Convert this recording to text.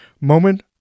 moment